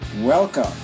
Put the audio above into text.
Welcome